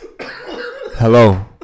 Hello